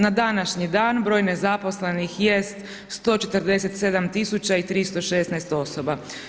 Na današnji dan broj nezaposlenih jest 147 tisuća i 316 osoba.